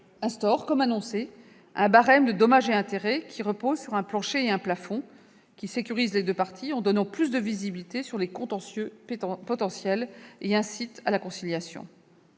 instaurent, comme annoncé, un barème de dommages et intérêts reposant sur plancher et un plafond, ce qui sécurise les deux parties, en donnant plus de visibilité sur les contentieux potentiels, et incite à la conciliation.